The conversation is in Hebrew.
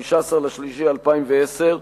15 במרס 2010,